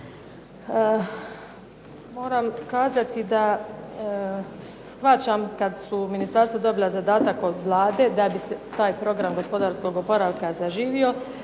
Moram kazati da shvaćam kada su ministarstva dobila zadatak od Vlade da bi se taj program gospodarskog oporavka zaživio